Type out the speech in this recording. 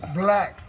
black